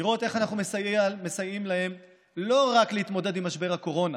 ולראות איך אנחנו מסייעים להם לא רק להתמודד עם משבר הקורונה